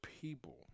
people